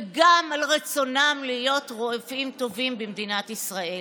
וגם על רצונם להיות רופאים טובים במדינת ישראל.